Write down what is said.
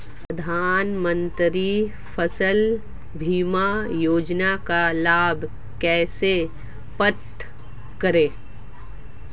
प्रधानमंत्री फसल बीमा योजना का लाभ कैसे प्राप्त करें?